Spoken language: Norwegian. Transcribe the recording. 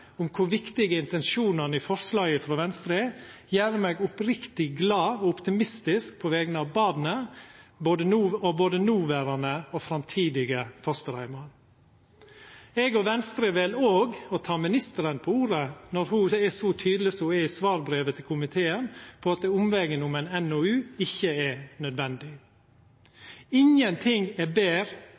om kor viktig intensjonane i forslaget frå Venstre er, gjer meg oppriktig glad og optimistisk på vegner av barna og både noverande og framtidige fosterheimar. Eg og Venstre vel òg å ta ministeren på ordet når ho er så tydeleg som ho er i svarbrevet til komiteen, på at omvegen om ei NOU ikkje er nødvendig. Ingenting er betre